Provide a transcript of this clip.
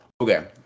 Okay